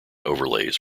overlays